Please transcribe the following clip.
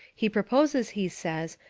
he pro poses, he says,